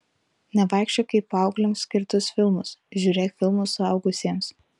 nevaikščiok į paaugliams skirtus filmus žiūrėk filmus suaugusiems